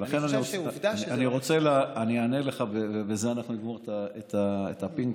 אני אענה לך, ובזה נגמור את הפינג-פונג.